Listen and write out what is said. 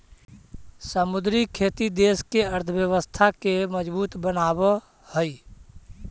समुद्री खेती देश के अर्थव्यवस्था के मजबूत बनाब हई